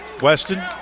Weston